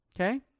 okay